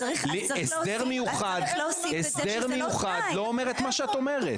הסדר מיוחד לא אומר את מה את אומרת.